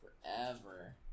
forever